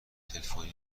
تلفنی